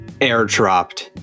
airdropped